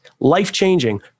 life-changing